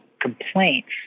complaints